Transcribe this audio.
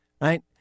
Right